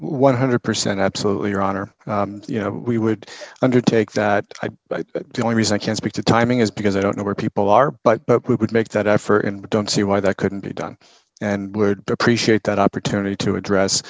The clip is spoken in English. one hundred percent absolutely your honor you know we would undertake that the only reason i can speak to timing is because i don't know where people are but we would make that effort and we don't see why that couldn't be done and would appreciate that opportunity to address